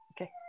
okay